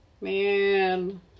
Man